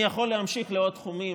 אני יכול להמשיך לעוד תחומים,